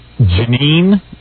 Janine